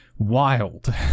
wild